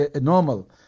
normal